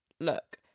look